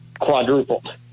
quadrupled